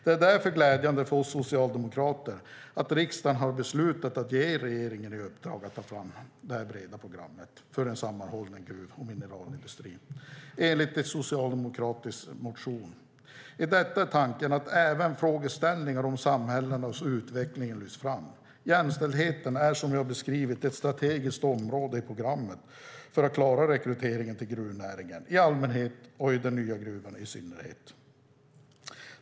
Det är därför glädjande för oss socialdemokrater att riksdagen har beslutat att ge regeringen i uppdrag att ta fram det breda programmet för en sammanhållen gruv och mineralindustri enligt en socialdemokratisk motion. I detta är tanken att även frågeställningar om samhällenas utveckling ska lyftas fram. Jämställdheten är, som vi har beskrivit, ett strategiskt område i programmet för att klara rekryteringen till gruvnäringen i allmänhet och den nya gruvan i synnerhet.